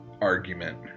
argument